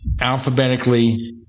alphabetically